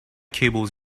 cables